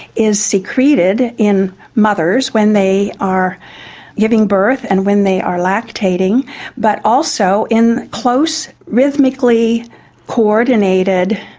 is secreted in mothers when they are giving birth and when they are lactating but also in close rhythmically coordinated,